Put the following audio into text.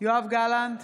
יואב גלנט,